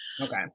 Okay